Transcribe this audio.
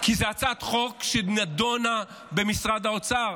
כי זו הצעת חוק שנדונה במשרד האוצר.